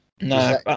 no